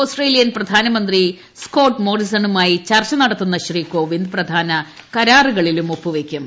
Australian പ്രധാനമന്ത്രി Scott മോറിസണുമായി ചർച്ച നടത്തുന്ന ശ്രീ കോവിന്ദ് പ്രധാന കരാറുകളിലും ഒപ്പുവയ്ക്കും